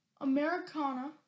Americana